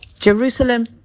Jerusalem